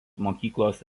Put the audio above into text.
mokyklos